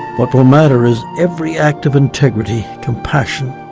what will matter is every act of integrity, compassion,